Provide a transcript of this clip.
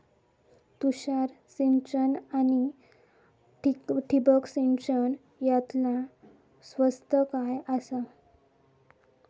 तुषार सिंचन आनी ठिबक सिंचन यातला स्वस्त काय आसा?